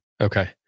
Okay